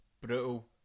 Brutal